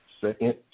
second